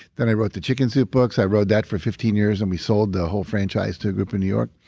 then i wrote the chicken soup books. i wrote that for fifteen years and we sold the whole franchise to a group on and new york.